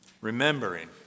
remembering